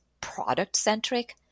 product-centric